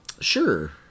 Sure